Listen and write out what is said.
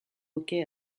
hockey